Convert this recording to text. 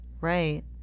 Right